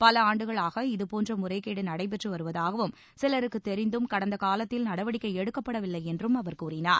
பல ஆண்டுகளாக இதுபோன்ற முறைகேடு நடைபெற்று வருவதாகவும் சிலருக்கு தெரிந்தும் கடந்த காலத்தில் நடவடிக்கை எடுக்கப்படவில்லை என்றும் அவர் கூறினார்